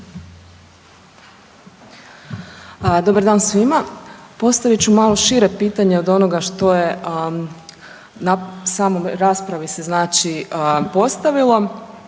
Dobar dan svima. Postavit ću malo šire pitanje od onoga što se na samoj raspravi postavilo,